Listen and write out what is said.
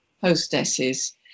hostesses